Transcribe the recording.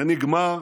זה נגמר,